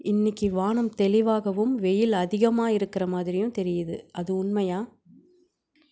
இன்றைக்கு வானம் தெளிவாகவும் வெயில் அதிகமாக இருக்கிற மாதிரியும் தெரியுது அது உண்மையா